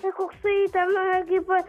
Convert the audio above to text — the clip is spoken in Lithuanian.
koksai ten kaip